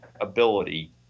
ability